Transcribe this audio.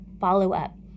follow-up